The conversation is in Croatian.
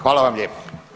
Hvala vam lijepo.